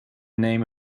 name